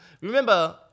Remember